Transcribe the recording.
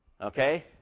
Okay